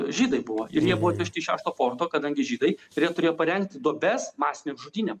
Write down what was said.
žydai buvo ir jie buvo atvežti iš šešto forto kadangi žydai ir jie turėjo parengti duobes masinėm žudynėm